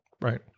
Right